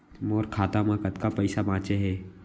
मोर खाता मा कतका पइसा बांचे हे?